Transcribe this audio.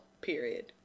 period